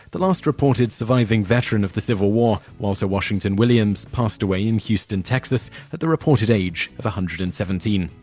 the last reported surviving veteran of the civil war, walter washington williams, passed away in houston, texas at the reported age of one hundred and seventeen.